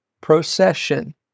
procession